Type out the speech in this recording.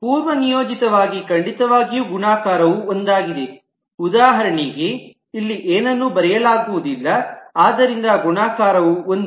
ಪೂರ್ವನಿಯೋಜಿತವಾಗಿ ಖಂಡಿತವಾಗಿಯೂ ಗುಣಾಕಾರವು ಒಂದಾಗಿದೆ ಉದಾಹರಣೆಗೆ ಇಲ್ಲಿ ಏನನ್ನೂ ಬರೆಯಲಾಗುವುದಿಲ್ಲ ಆದ್ದರಿಂದ ಗುಣಾಕಾರವು ಒಂದು